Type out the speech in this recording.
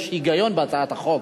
יש היגיון בהצעת החוק,